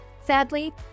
Sadly